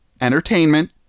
entertainment